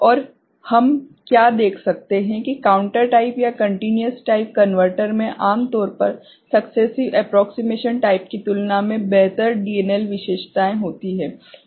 और हम क्या देख सकते हैं कि काउंटर टाइप या कंटिन्युस टाइप कन्वर्टर्स में आमतौर पर सक्सेसिव एप्रोक्सीमेशन टाइप की तुलना में बेहतर DNL विशेषताएँ होती हैं